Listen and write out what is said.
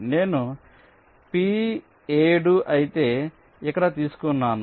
నేను P 7 అయితే ఇక్కడ తీసుకున్నాను